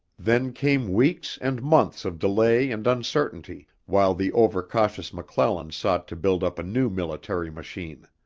then came weeks and months of delay and uncertainty while the overcautious mcclellan sought to build up a new military machine.